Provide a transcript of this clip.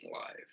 life